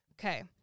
Okay